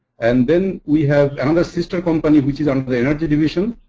and then, we have another sister company which is under the energy division,